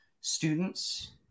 students